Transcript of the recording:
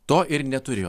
to ir neturėjo